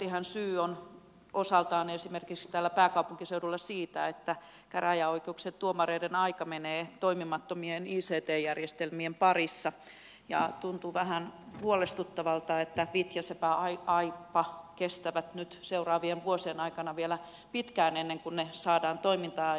pitkältihän syy on osaltaan esimerkiksi täällä pääkaupunkiseudulla siinä että käräjäoikeuksien tuomareiden aika menee toimimattomien ict järjestelmien parissa ja tuntuu vähän huolestuttavalta että kestää nyt seuraavien vuosien aikana vielä pitkään ennen kuin vitja sekä aipa saadaan toimintaan